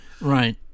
Right